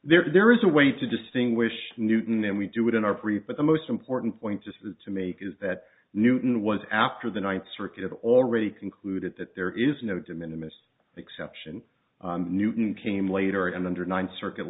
there is there is a way to distinguish newton and we do it in our free put the most important point is to make is that newton was after the ninth circuit already concluded that there is no diminished exception newton came later and under ninth circuit